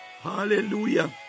Hallelujah